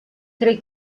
tre